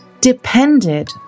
depended